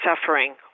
suffering